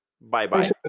Bye-bye